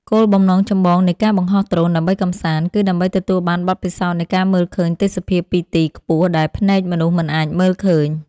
គោលបំណងចម្បងនៃការបង្ហោះដ្រូនដើម្បីកម្សាន្ត គឺដើម្បីទទួលបានបទពិសោធន៍នៃការមើលឃើញទេសភាពពីទីខ្ពស់ដែលភ្នែកមនុស្សមិនអាចមើលឃើញ។